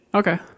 okay